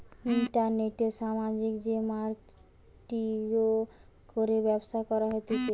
ইন্টারনেটে সামাজিক যে মার্কেটিঙ করে ব্যবসা করা হতিছে